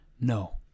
no